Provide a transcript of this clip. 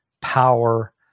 power